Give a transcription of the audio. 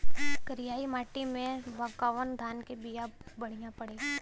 करियाई माटी मे कवन धान के बिया बढ़ियां पड़ी?